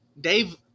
Dave